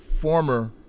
former